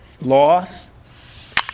loss